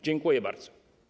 Dziękuję bardzo.